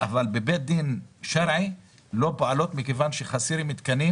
אבל בבית דין שרעי לא פועלות מכיוון שחסרים תקנים.